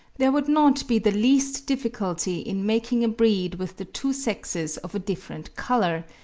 there would not be the least difficulty in making a breed with the two sexes of a different colour,